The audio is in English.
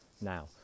now